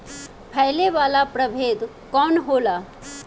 फैले वाला प्रभेद कौन होला?